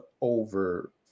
over